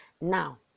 Now